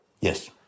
yes